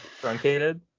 Truncated